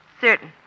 Certain